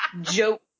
joke